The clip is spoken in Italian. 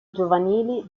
giovanili